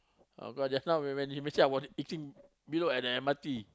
of course just now when you missing I was eating Milo at the M_R_T